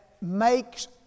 makes